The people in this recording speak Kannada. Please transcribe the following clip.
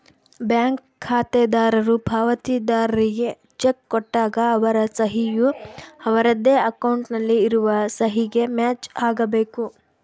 ಬ್ಯಾಂಕ್ ಖಾತೆದಾರರು ಪಾವತಿದಾರ್ರಿಗೆ ಚೆಕ್ ಕೊಟ್ಟಾಗ ಅವರ ಸಹಿ ಯು ಅವರದ್ದೇ ಅಕೌಂಟ್ ನಲ್ಲಿ ಇರುವ ಸಹಿಗೆ ಮ್ಯಾಚ್ ಆಗಬೇಕು